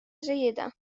جيدة